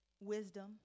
wisdom